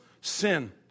sin